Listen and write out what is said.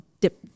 dip